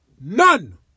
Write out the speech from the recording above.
None